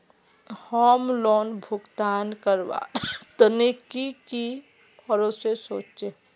Home loan भुगतान करवार तने की की प्रोसेस होचे?